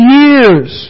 years